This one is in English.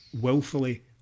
willfully